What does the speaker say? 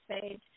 page